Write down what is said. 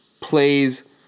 plays